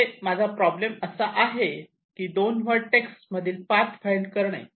म्हणजे माझा प्रॉब्लेम असा आहे की 2 व्हर्टेक्स मध्ये पाथ फाईंड करणे